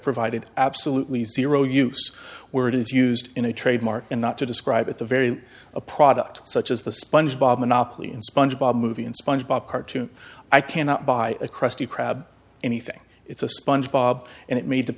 provided absolutely zero use where it is used in a trademark and not to describe at the very a product such as the sponge bob monopoly in sponge bob movie in sponge bob cartoon i cannot buy a krusty krab anything it's a sponge bob and it made the